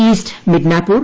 east Midnapore